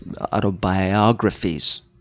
autobiographies